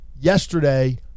yesterday